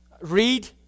Read